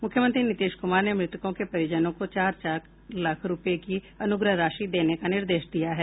मुख्यमंत्री नीतीश कुमार ने मृतकों के परिजनों को चार चार लाख रूपये की अनुग्रह राशि देने का निर्देश दिया है